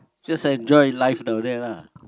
just enjoy life down there lah